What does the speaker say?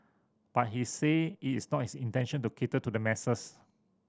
but he say it is not his intention to cater to the masses